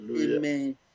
Amen